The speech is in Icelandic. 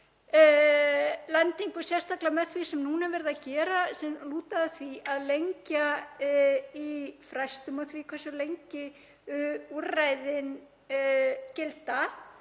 lendingu, sérstaklega með því sem núna er verið að gera sem lýtur að því að lengja í frestum á því hversu lengi úrræðin gilda,